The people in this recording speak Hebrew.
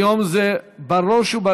אומר כמה דברים לגבי היום הבין-לאומי ללא